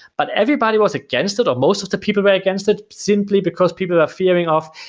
but everybody was against it, or most of the people were against it simply because people are fearing of,